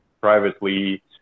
privately